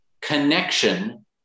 Connection